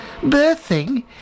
Birthing